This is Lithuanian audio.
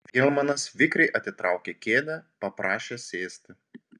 feigelmanas vikriai atitraukė kėdę paprašė sėsti